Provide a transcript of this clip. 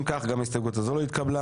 אם כך גם ההסתייגות הזו לא התקבלה.